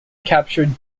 captured